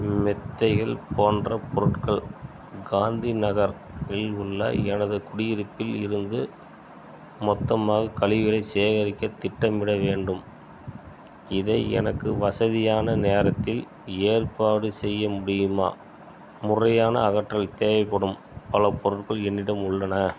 மெத்தைகள் போன்ற பொருட்கள் காந்தி நகர் இல் உள்ள எனது குடியிருப்பில் இருந்து மொத்தமாக கழிவுகளை சேகரிக்க திட்டமிட வேண்டும் இதை எனக்கு வசதியான நேரத்தில் ஏற்பாடு செய்ய முடியுமா முறையான அகற்றல் தேவைப்படும் பல பொருட்கள் என்னிடம் உள்ளன